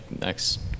next